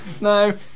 no